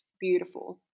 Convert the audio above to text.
beautiful